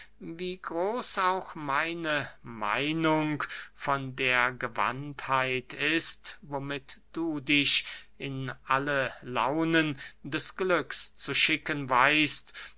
wie groß auch meine meinung von der gewandtheit ist womit du dich in alle launen des glücks zu schicken weißt